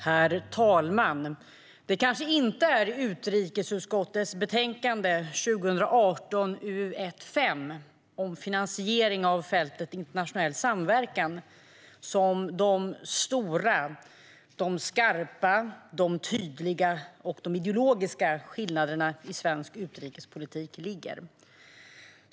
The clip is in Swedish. Herr talman! Det kanske inte är i utrikesutskottets betänkande 2017/18:UU1 om finansiering av fältet internationell samverkan som de stora, skarpa, tydliga och ideologiska skillnaderna i svensk utrikespolitik ligger.